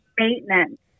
maintenance